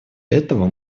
этого